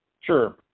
sure